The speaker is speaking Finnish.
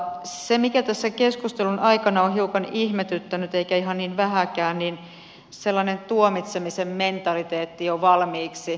se mikä tässä keskustelun aikana on hiukan ihmetyttänyt eikä ihan vähänkään on sellainen tuomitsemisen mentaliteetti jo valmiiksi